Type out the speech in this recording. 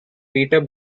peter